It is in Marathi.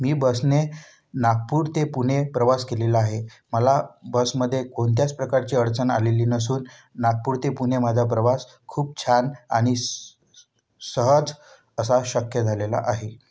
मी बसने नागपूर ते पुणे प्रवास केलेला आहे मला बसमध्ये कोणत्याच प्रकारची अडचण आलेली नसून नागपूर ते पुणे माझा प्रवास खूप छान आणि सहज असा शक्य झालेला आहे